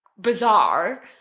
bizarre